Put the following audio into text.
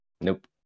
Nope